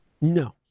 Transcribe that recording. No